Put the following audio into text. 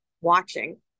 watching